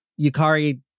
Yukari